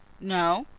no,